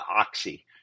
Oxy